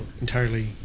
entirely